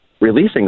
releasing